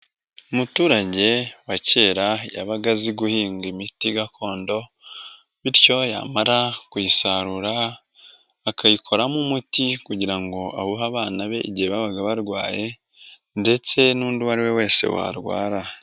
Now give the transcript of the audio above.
Umuturage wa kera yabaga azi guhinga imiti gakondo, bityo yamara kuyisarura akayikoramo umuti kugira ngo awuhe abana be igihe babaga barwaye, ndetse n'undi uwo ari we wese warwara.